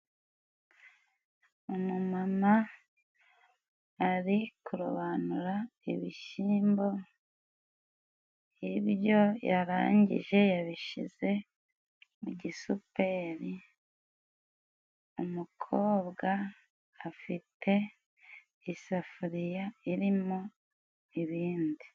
Umumama ari kurobanura ibishyimbo. Ibyo yarangije yabishyize mu gisuperi. Umukobwa afite isafuriya irimo ibindi.